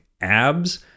abs